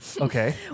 okay